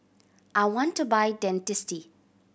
I want to buy Dentiste